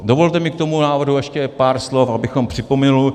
Dovolte mi k tomu návrhu ještě pár slov, abychom připomněli.